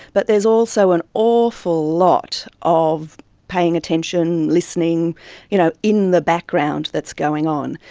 but there's also an awful lot of paying attention, listening you know in the background that's going on.